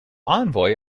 envoy